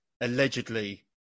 allegedly